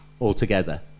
altogether